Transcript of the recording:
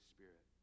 Spirit